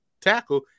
tackle